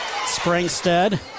Springstead